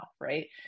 right